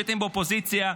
כשהייתם באופוזיציה,